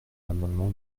l’amendement